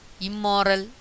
immoral